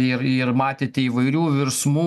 ir ir matėte įvairių virsmų